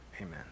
amen